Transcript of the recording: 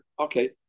Okay